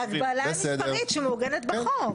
והגבלה מספרית שמעוגנת בחוק.